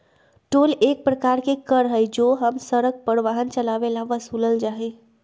toll एक प्रकार के कर हई जो हम सड़क पर वाहन चलावे ला वसूलल जाहई